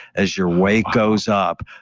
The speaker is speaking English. as your weight goes up,